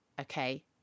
Okay